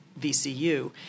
VCU